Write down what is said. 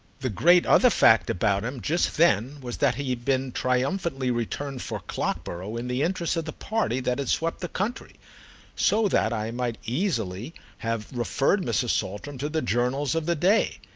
the great other fact about him just then was that he had been triumphantly returned for clockborough in the interest of the party that had swept the country so that i might easily have referred mrs. saltram to the journals of the day.